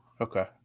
Okay